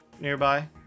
nearby